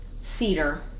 Cedar